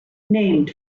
named